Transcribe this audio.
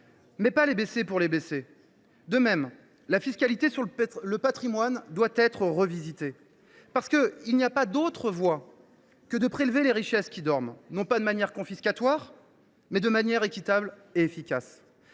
mais non les baisser pour les baisser. De même, la fiscalité sur le patrimoine doit être revisitée, car il n’y a pas d’autre voie que de prélever les richesses qui dorment, non de manière confiscatoire, mais de manière équitable et efficace.